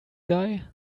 guy